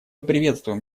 приветствуем